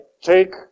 take